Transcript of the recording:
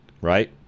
Right